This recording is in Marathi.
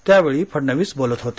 यावेळी फडणवीस बोलत होते